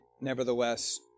nevertheless